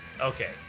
Okay